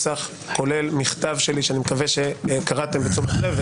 כולל מכתב שלי שאני מקווה שקראתם בתשומת לב.